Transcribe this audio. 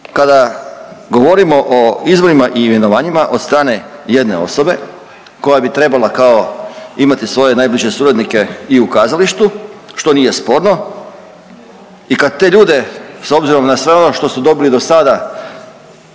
kada govorimo o izborima i imenovanjima od strane jedne osobe koja bi trebala kao imati svoje najbliže suradnike i u kazalištu što nije sporno i kad te ljude s obzirom na sve ono što su dobili dosada